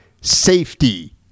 safety